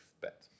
bet